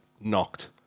knocked